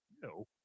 No